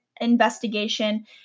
investigation